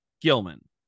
Gilman